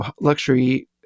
luxury